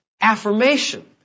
affirmation